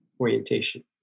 orientation